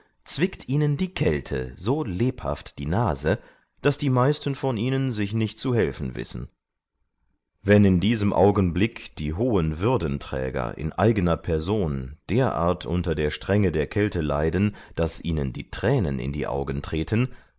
zwickt ihnen die kälte so lebhaft die nase daß die meisten von ihnen sich nicht zu helfen wissen wenn in diesem augenblick die hohen würdenträger in eigner person derart unter der strenge der kälte leiden daß ihnen die tränen in die augen treten